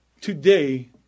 Today